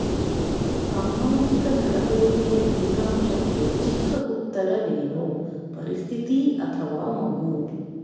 ಸಾಮಾಜಿಕ ನಡವಳಿಕೆಯ ಫಲಿತಾಂಶಕ್ಕೆ ಚಿಕ್ಕ ಉತ್ತರವೇನು? ಪರಿಸ್ಥಿತಿ ಅಥವಾ ಮಗು?